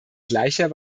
gleicher